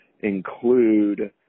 include